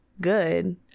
Good